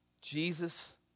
jesus